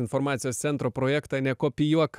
informacijos centro projektą nekopijuok